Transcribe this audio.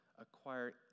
acquire